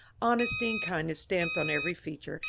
honesty and kindness stamped on every feature,